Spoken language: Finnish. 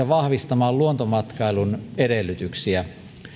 vahvistamaan luontomatkailun edellytyksiä